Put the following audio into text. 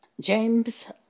James